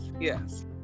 yes